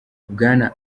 bwana